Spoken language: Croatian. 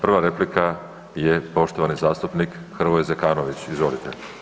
Prva replika je poštovani zastupnik Hrvoje Zekanović, izvolite.